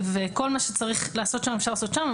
כל מה שצריך לעשות שם אפשר לעשות שם,